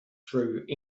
through